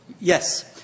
Yes